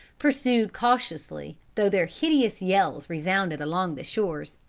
pursued cautiously, though their hideous yells resounded along the shores.